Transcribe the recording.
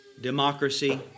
democracy